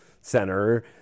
center